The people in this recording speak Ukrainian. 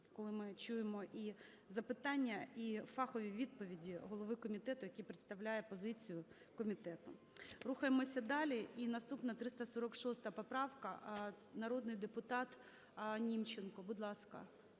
Коли ми чуємо і запитання, і фахові відповіді голови комітету, який представляє позицію комітету. Рухаємося далі. І наступна - 346 поправка, народний депутат Німченко, будь ласка.